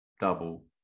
double